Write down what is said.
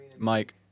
Mike